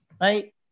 right